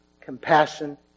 compassion